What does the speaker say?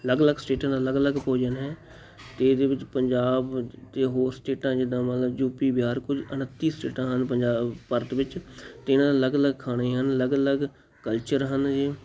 ਅਲੱਗ ਅਲੱਗ ਸਟੇਟਾਂ ਦਾ ਅਲੱਗ ਅਲੱਗ ਭੋਜਨ ਹੈ ਅਤੇ ਇਹਦੇ ਵਿੱਚ ਪੰਜਾਬ ਅਤੇ ਹੋਰ ਸਟੇਟਾਂ ਜਿੱਦਾਂ ਮਤਲਬ ਯੂ ਪੀ ਬਿਹਾਰ ਕੁੱਲ ਉਣੱਤੀ ਸਟੇਟਾਂ ਹਨ ਪੰਜਾਬ ਭਾਰਤ ਵਿੱਚ ਅਤੇ ਇਹਨਾਂ ਦੇ ਅਲੱਗ ਅਲੱਗ ਖਾਣੇ ਹਨ ਅਲੱਗ ਅਲੱਗ ਕਲਚਰ ਹਨ ਜੀ